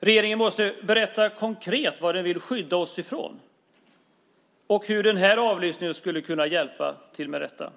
Regeringen måste konkret berätta vad den vill skydda oss från och hur denna avlyssning skulle kunna vara till hjälp med detta.